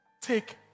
Take